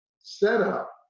setup